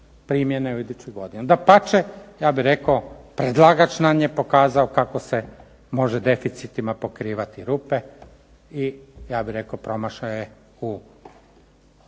primjene u idućoj godini. Dapače, ja bih rekao predlagač nam je pokazao kako se može deficitima pokrivati rupe i ja bih rekao promašaje u